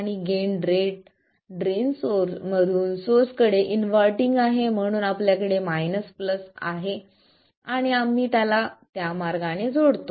आणि gain drain मधून source कडे इनव्हर्टींग आहे म्हणून आपल्याकडे मायनस प्लस आहे आणि आम्ही त्याला त्या मार्गाने जोडतो